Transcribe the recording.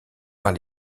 par